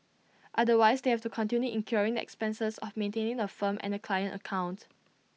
otherwise they have to continue incurring expenses of maintaining the firm and the client account